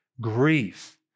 grief